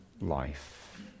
life